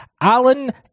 Alan